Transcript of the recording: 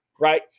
right